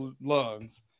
lungs